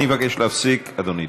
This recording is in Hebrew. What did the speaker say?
אני מבקש להפסיק, אדוני.